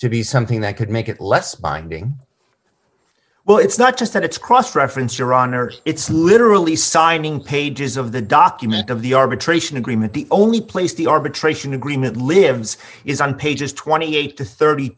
to be something that could make it less binding well it's not just that it's cross reference iran or it's literally signing pages of the document of the arbitration agreement the only place the arbitration agreement lives is on pages twenty eight dollars to thirty